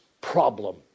problem